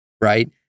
Right